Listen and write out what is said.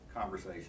conversation